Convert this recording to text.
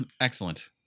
excellent